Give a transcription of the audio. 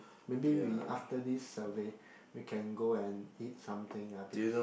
maybe we after this survey we can go and eat something ah because